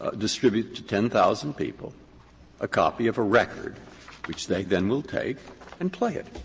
ah distributes to ten thousand people a copy of a record which they then will take and play it?